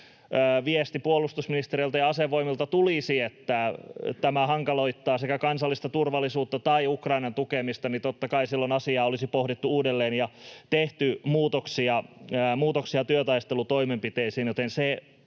viesti puolustusministeriöltä ja asevoimilta tulisi, että tämä hankaloittaa kansallista turvallisuutta tai Ukrainan tukemista, niin totta kai silloin asiaa olisi pohdittu uudelleen ja tehty muutoksia työtaistelutoimenpiteisiin.